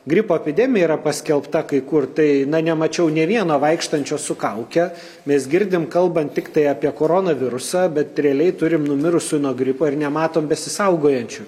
gripo epidemija yra paskelbta kai kur tai na nemačiau nė vieno vaikštančio su kauke mes girdim kalbant tiktai apie koronavirusą bet realiai turim numirusių nuo gripo ir nematom besisaugojančių